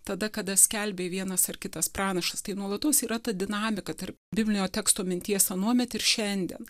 tada kada skelbė vienas ar kitas pranašas tai nuolatos yra ta dinamika tarp biblinio teksto minties anuomet ir šiandien